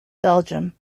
belgium